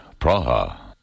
Praha